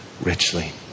richly